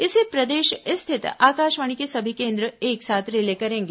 इसे प्रदेश स्थित आकाशवाणी के सभी केंद्र एक साथ रिले करेंगे